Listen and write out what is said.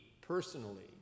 personally